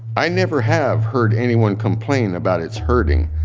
i never have heard anyone complain about its hurting,